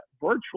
virtually